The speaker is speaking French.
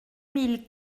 mille